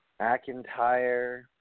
McIntyre